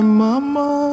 mama